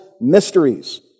mysteries